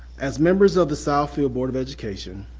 as members of the southfield board of education,